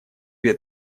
две